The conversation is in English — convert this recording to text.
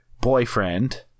boyfriend